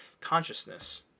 consciousness